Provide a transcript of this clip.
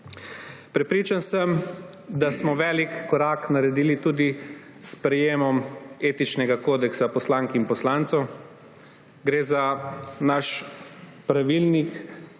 Prepričan sem, da smo velik korak naredili tudi s sprejetjem Etičnega kodeksa za poslanke in poslance. Gre za naš pravilnik,